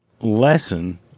lesson